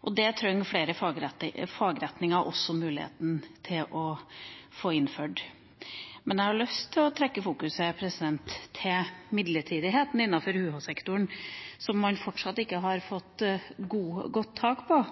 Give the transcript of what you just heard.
akademia. Det trenger flere fagretninger også muligheten til å få innføre. Men jeg har lyst til å trekke fokuset mot midlertidigheten innenfor UH-sektoren, som man fortsatt ikke har fått godt tak på.